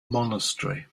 monastery